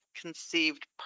conceived